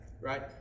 right